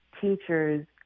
teachers